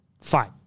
fine